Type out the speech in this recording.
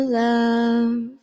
love